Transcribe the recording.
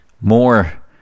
more